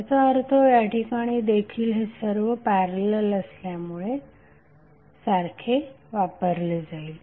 याचा अर्थ याठिकाणी देखील हे सर्व पॅरेलल असल्यामुळे सारखे वापरले जाईल